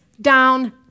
down